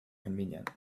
convenient